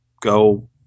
go